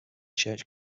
church